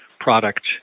product